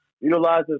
Utilize